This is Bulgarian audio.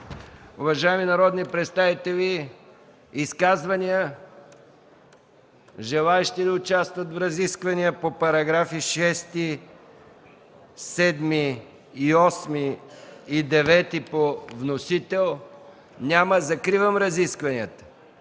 Уважаеми народни представители, изказвания? Желаещи да участват в разисквания по параграфи 6, 7, 8 и 9 по вносител? Няма. Закривам разискванията.